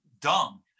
dumb